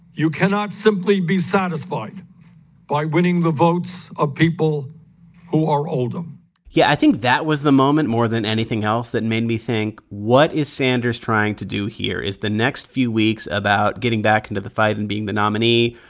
you cannot simply be satisfied by winning the votes of people who are older yeah, i think that was the moment, more than anything else, that made me think, what is sanders trying to do here? is the next few weeks about getting back into the fight and being the nominee,